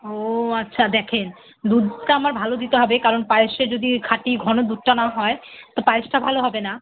ও আচ্ছা দেখুন দুধটা আমার ভালো দিতে হবে কারণ পায়েসে যদি খাঁটি ঘন দুধটা না হয় তো পায়েসটা ভালো হবে না